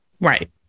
right